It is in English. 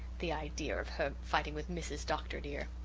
the idea of her fighting with mrs. dr. dear!